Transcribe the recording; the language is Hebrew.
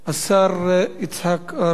יצחק אהרונוביץ.